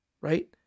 right